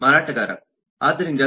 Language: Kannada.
ಮಾರಾಟಗಾರ ಆದ್ದರಿಂದ